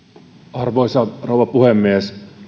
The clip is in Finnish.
arvoisa rouva puhemies